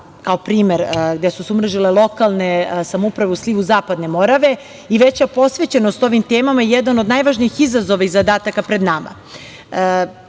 kao primer gde su se umrežile lokalne samouprave u slivu Zapadne Morave, i veća posvećenost ovim temama je jedan od najvažnijih izazova i zadataka pred